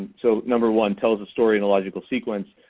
so number one, tells a story in a logical sequence.